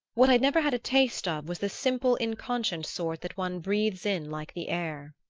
what i'd never had a taste of was the simple inconscient sort that one breathes in like the air.